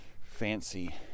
fancy